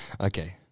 okay